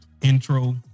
Intro